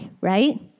right